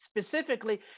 Specifically